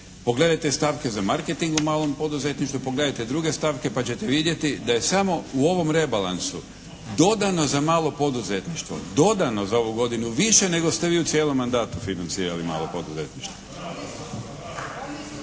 Pogledajte stavke za marketing u malom poduzetništvu, pogledajte druge stavke pa ćete vidjeti da je samo u ovom rebalansu dodano za malo poduzetništvo, dodano za ovu godinu više nego ste vi u cijelom mandatu financirali malo poduzetništvo.